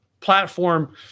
platform